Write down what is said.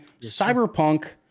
Cyberpunk